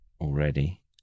already